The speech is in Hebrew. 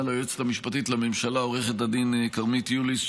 ליועצת המשפטית לממשלה עו"ד כרמית יוליס,